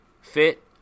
fit